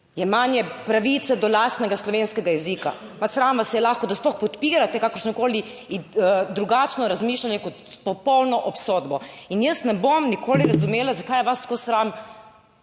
Jemanje pravice do lastnega slovenskega jezika. Pa sram vas je lahko, da sploh podpirate kakršnokoli drugačno razmišljanje kot popolno obsodbo. In jaz ne bom nikoli razumela, zakaj je vas tako sram